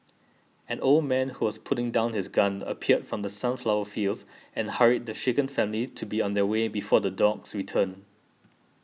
an old man who was putting down his gun appeared from the sunflower fields and hurried the shaken family to be on their way before the dogs return